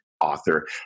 author